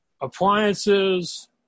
appliances